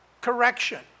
correction